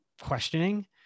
questioning